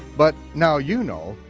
but now you know.